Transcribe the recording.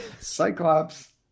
Cyclops